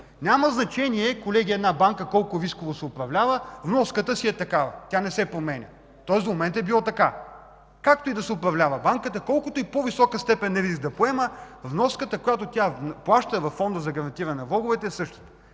няма значение колко рисково се управлява една банка, вноската си е такава. Тя не се променя. Тоест до момента е било така. Както и да се управлява банката, колкото и по-висока степен риск да поема, вноската, която тя плаща във Фонда за гарантиране на влоговете, е същата.